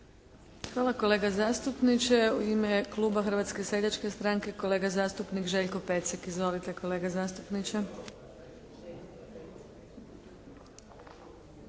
kolega zastupniče, u ime kluba Hrvatske seljačke stranke kolega zastupnik Željko Pecek. Izvolite kolega zastupniče!